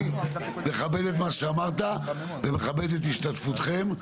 מאשר את מה שאמרת ומכבד את השתתפותכם,